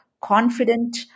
confident